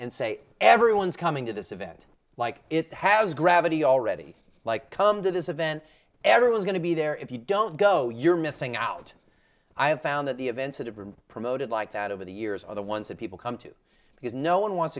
and say everyone is coming to this event like it has gravity already like come to this event everyone's going to be there if you don't go you're missing out i have found that the events that have been promoted like that over the years are the ones that people come to because no one wants